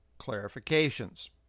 clarifications